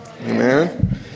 Amen